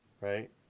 right